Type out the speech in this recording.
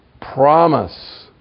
promise